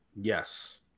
yes